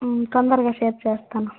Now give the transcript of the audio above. తొందరగా షేర్ చేస్తాను